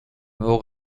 nuevo